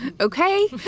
okay